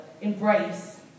embrace